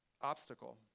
obstacle